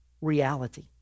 reality